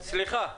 אמיר, סליחה.